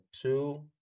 two